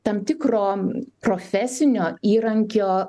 tam tikro profesinio įrankio